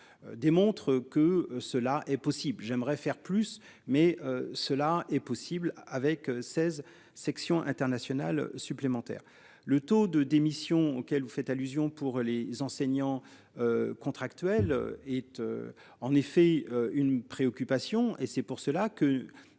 Démontrent que cela est possible. J'aimerais faire plus mais cela est possible avec 16 sections internationales supplémentaires. Le taux de démissions auquel vous faites allusion. Pour les enseignants. Contractuels et tu. En effet, une préoccupation et c'est pour cela que